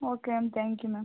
okay and thank you ma'am